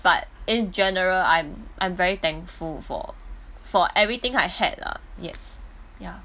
but in general I'm I'm very thankful for for everything I had lah yes ya